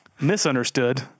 Misunderstood